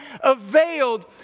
availed